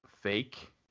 fake